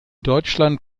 deutschland